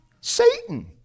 Satan